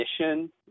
mission